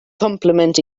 complement